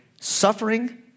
suffering